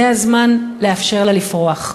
זה הזמן לאפשר לה לפרוח.